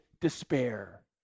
despair